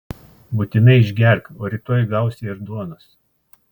būtinai išgerk o rytoj gausi ir duonos